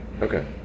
Okay